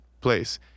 place